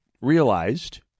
realized